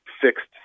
fixed